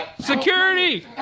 Security